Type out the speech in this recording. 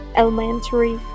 elementary